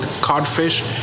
codfish